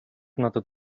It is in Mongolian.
надад